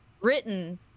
Written